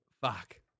Fuck